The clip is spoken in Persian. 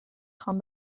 خوام